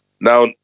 Now